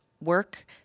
work